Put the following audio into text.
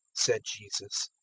said jesus,